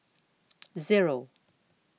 Zero